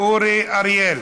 אורי אריאל.